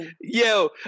Yo